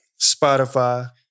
Spotify